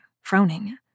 frowning